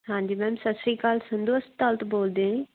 ਹਾਂਜੀ ਮੈਮ ਸਤਿ ਸ਼੍ਰੀ ਅਕਾਲ ਸੰਧੂ ਹਸਪਤਾਲ ਤੋਂ ਬੋਲਦੇ ਜੀ